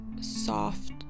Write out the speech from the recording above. soft